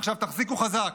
עכשיו, תחזיקו חזק: